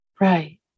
Right